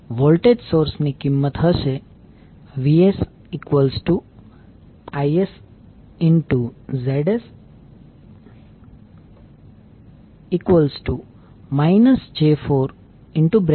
voltage source ની કિંમત હશે VsIsZs j42